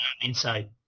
inside